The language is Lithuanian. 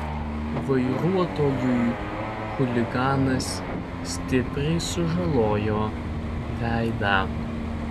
vairuotojui chuliganas stipriai sužalojo veidą